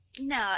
No